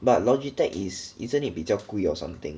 but Logitech is isn't it 比较贵 or something